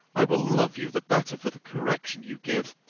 i will love you the better for the correction you give,